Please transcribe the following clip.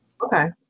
okay